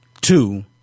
two